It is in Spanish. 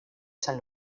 san